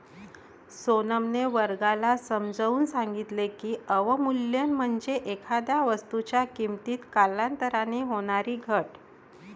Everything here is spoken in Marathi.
सोनमने वर्गाला समजावून सांगितले की, अवमूल्यन म्हणजे एखाद्या वस्तूच्या किमतीत कालांतराने होणारी घट